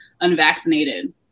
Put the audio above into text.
unvaccinated